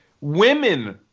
women